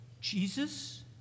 Jesus